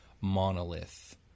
monolith